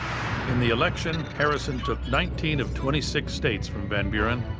in the election, harrison took nineteen of twenty six states from van buren.